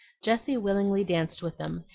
jessie willingly danced with them,